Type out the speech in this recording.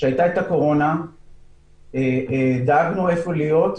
כשהיה את הקורונה דאגנו איפה להיות,